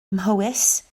mhowys